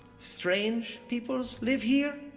strange peoples live here,